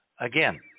again